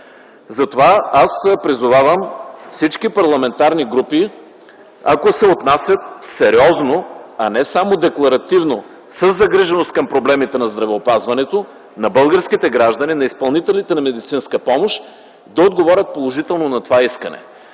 Затова аз призовавам всички парламентарни групи, ако се отнасят сериозно, а не само декларативно, със загриженост към проблемите на здравеопазването на българските граждани, на изпълнителите на медицинска помощ, да отговорят положително на това искане.